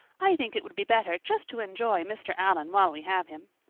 i think it would be better just to enjoy mr. allan while we have him.